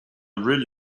really